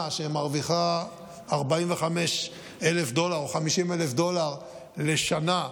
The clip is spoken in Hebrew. שמרוויחה 45,000 דולר או 50,000 דולר לשנה,